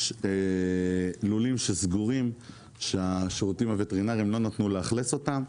יש לולים שסגורים שהשירותים הווטרינריים לא נתנו לאכלס אותם,